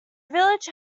village